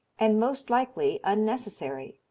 and most likely unnecessary.